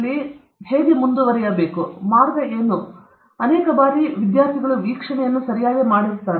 ಆದ್ದರಿಂದ ಜನರು ಹರಿವಿನಲ್ಲಿರುವ ವರ್ಗವೊಂದರಲ್ಲಿ ಹೇಗೆ ಕಂಡುಹಿಡಿಯಬೇಕೆಂಬುದರ ಒಂದು ಮಾರ್ಗವೆಂದರೆ ಎಷ್ಟು ಬಾರಿ ವಿದ್ಯಾರ್ಥಿಗಳು ವೀಕ್ಷಣೆಗೆ ಸರಿಯಾಗಿ ನೋಡಿದ್ದಾರೆ